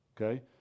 Okay